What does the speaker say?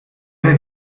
wäre